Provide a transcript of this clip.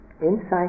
inside